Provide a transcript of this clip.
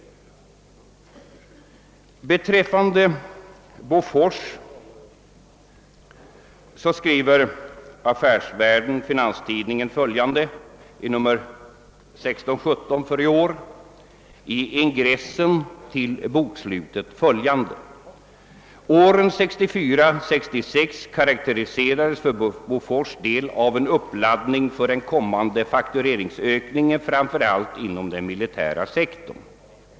Beträffande Bofors skriver Affärsvärlden Finanstidningen följande i nr 16—17 för i år i ingressen till sina bokslutskommentarer följande: »Åren 1964—566 karakteriserades för Bofors del av en uppladdning för en kommande faktureringsökning framför allt inom den militära sektorn.